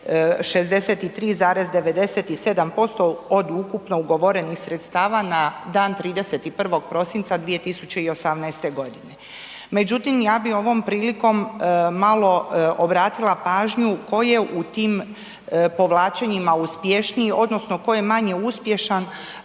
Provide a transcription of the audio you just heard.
63,97% od ukupno ugovorenih sredstava na dan 31. prosinca 2018.g. Međutim, ja bi ovom prilikom malo obratila pažnju tko je u tim povlačenjima uspješniji odnosno tko je manje uspješan,